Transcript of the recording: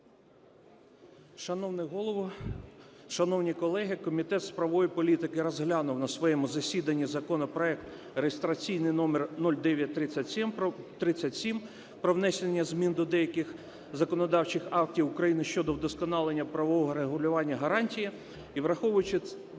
Шановний Голово, шановні колеги! Комітет з правової політики розглянув на своєму засіданні законопроект (реєстраційний номер 0937) про внесення змін до деяких законодавчих актів України щодо вдосконалення правового регулювання гарантії, і враховуючи